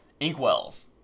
Inkwells